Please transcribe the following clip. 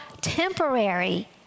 temporary